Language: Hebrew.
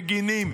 מגינים.